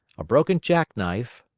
a broken jack-knife,